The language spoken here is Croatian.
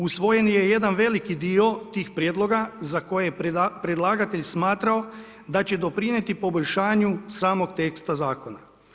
Usvojen je jedan veliki dio tih prijedloga za koje je predlagatelj smatrao da će doprinijeti poboljšanju samog teksta zakona.